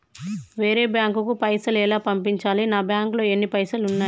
వేరే బ్యాంకుకు పైసలు ఎలా పంపించాలి? నా బ్యాంకులో ఎన్ని పైసలు ఉన్నాయి?